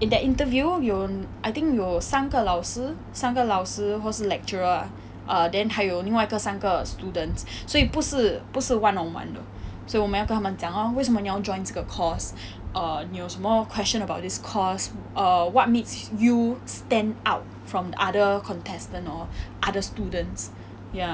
in the interview 有 I think 有三个老师三个老师或是 lecturer ah err then 还有另外一个三个 students 所以不是不是 one on one 所以我们要跟他们讲 lor 为什么你要 join 这个 course err 你有什么 question about this course err what makes you stand out from other contestants or other students ya